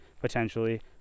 potentially